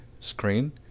Screen